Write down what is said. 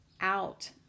out